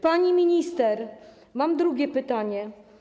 Pani minister, mam drugie pytanie.